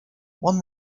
one